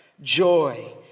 joy